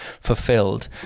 fulfilled